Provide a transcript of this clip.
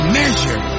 measure